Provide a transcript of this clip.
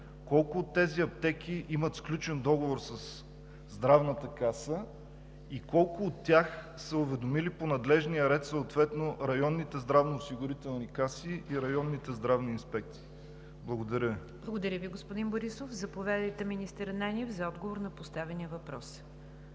Колко от тези аптеки имат сключен договор със Здравната каса и колко от тях са уведомили по надлежния ред районните здравноосигурителни каси и районните здравни инспекции? Благодаря Ви. ПРЕДСЕДАТЕЛ НИГЯР ДЖАФЕР: Благодаря Ви, господин Борисов. Заповядайте, министър Ананиев, за отговор на поставения въпрос.